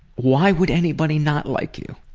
why would anybody not like you?